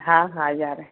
हा हा यारहें